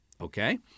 okay